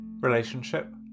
Relationship